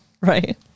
right